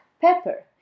pepper